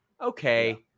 okay